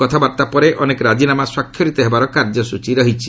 କଥାବାର୍ଭାପରେ ଅନେକ ରାଜିନାମା ସ୍ୱାକ୍ଷରିତ ହେବାର କାର୍ଯ୍ୟସ୍କଚୀ ରହିଛି